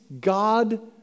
God